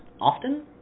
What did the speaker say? often